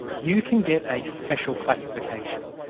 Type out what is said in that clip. you can get a special classification.